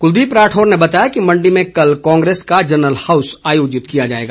कुलदीप राठौर ने बताया कि मंडी में कल कांग्रेस का जरनल हाऊस आयोजित किया जाएगा